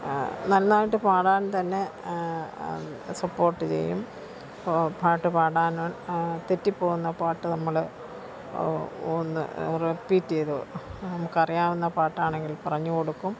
നന്നായിട്ട് പാടാൻ തന്നെ സപ്പോർട്ട് ചെയ്യും അപ്പോൾ പാട്ട് പാടാൻ തെറ്റി പോവുന്ന പാട്ട് നമ്മൾ ഒന്ന് റിപ്പീറ്റ് ചെയ്ത് നമുക്ക് അറിയാവുന്ന പാട്ടാണെങ്കിൽ പറഞ്ഞുകൊടുക്കും